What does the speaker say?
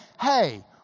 hey